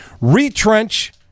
Retrench